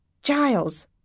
Giles